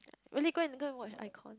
really go and go watch iKon